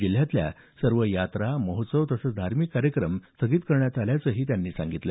जिल्ह्यातल्या सर्व यात्रा महोत्सव तसंच धार्मिक कार्यक्रम स्थगित करण्यात आल्याचंही त्यांनी सांगितलं